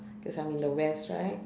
cause I'm in the west right